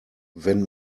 wenn